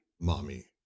mommy